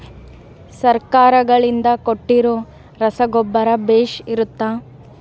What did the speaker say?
ಸರ್ಕಾರಗಳಿಂದ ಕೊಟ್ಟಿರೊ ರಸಗೊಬ್ಬರ ಬೇಷ್ ಇರುತ್ತವಾ?